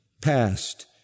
past